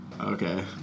okay